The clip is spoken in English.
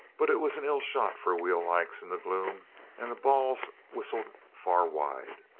but it was an ill shot for wheel locks in the gloom and the balls whistled far wide.